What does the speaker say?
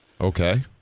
Okay